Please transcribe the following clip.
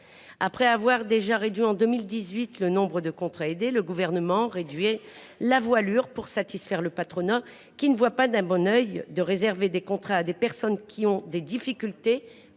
Après avoir déjà diminué le nombre de contrats aidés en 2018, le Gouvernement réduit la voilure pour satisfaire le patronat, qui ne voit pas d’un bon œil le fait de réserver des contrats aux personnes ayant des difficultés